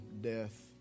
death